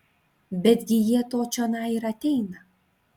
betgi jie to čionai ir ateina